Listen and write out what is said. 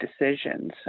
decisions